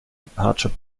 departure